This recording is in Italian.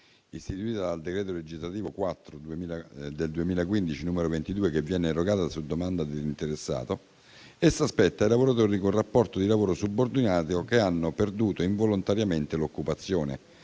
istituita dal decreto legislativo 4 marzo 2015, n. 22, che viene erogata su domanda dell'interessato, essa spetta ai lavoratori con rapporto di lavoro subordinato che hanno perduto involontariamente l'occupazione,